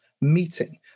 meeting